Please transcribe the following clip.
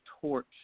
torch